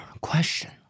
question